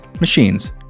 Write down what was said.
machines